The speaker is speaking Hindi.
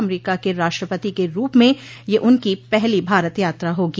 अमरीका के राष्ट्रपति के रूप में यह उनकी पहली भारत यात्रा होगी